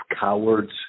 cowards